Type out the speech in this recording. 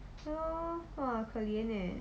ya lor !wah! 可怜 leh